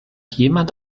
jemand